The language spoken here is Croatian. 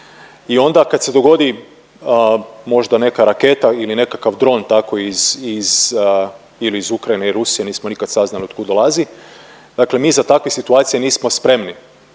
onda kad se dogodi možda neka raketa ili nekakav dron tako iz, iz ili iz Ukrajine i Rusije, nismo nikad saznali otkud dolazi, dakle mi za takve situacije nismo spremni,